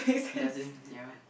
doesn't ya